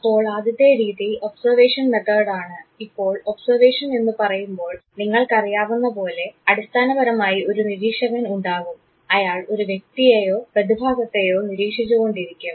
അപ്പോൾ ആദ്യത്തെ രീതി ഒബ്സർവേഷൻ മെത്തേഡ് ആണ് ഇപ്പോൾ ഒബ്സർവേഷൻ എന്നുപറയുമ്പോൾ നിങ്ങൾക്ക് അറിയാവുന്നപോലെ അടിസ്ഥാനപരമായി ഒരു നിരീക്ഷകൻ ഉണ്ടാകും അയാൾ ഒരു വ്യക്തിയേയോ പ്രതിഭാസത്തെയോ നിരീക്ഷിച്ചു കൊണ്ടിരിക്കും